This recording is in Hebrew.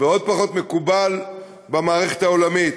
ועוד פחות מקובל במערכת העולמית.